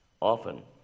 Often